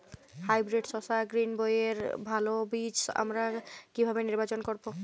Hybrid শসা গ্রীনবইয়ের ভালো বীজ আমরা কিভাবে নির্বাচন করব?